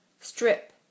strip